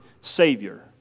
Savior